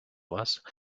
вас